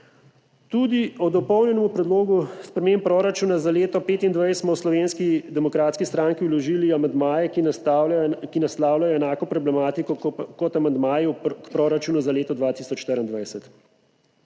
Tudi k Dopolnjenem predlogu sprememb proračuna za leto 2025 smo v Slovenski demokratski stranki vložili amandmaje, ki naslavljajo enako problematiko kot amandmaji k proračunu za leto 2024.